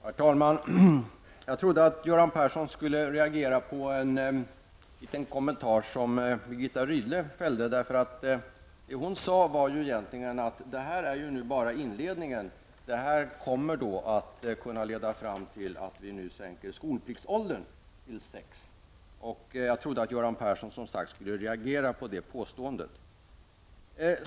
Herr talman! Jag trodde att Göran Persson skulle reagera på en liten kommentar som Birgitta Rydle fällde. Hon sade att detta egentligen bara var inledningen och att detta kan leda fram till att vi sänker skolpliktsåldern till sex år. Jag trodde att Göran Persson skulle reagera på det påståendet.